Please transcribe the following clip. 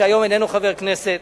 שהיום איננו חבר הכנסת,